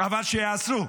אבל שיעשו.